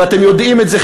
ואתם יודעים את זה,